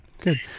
good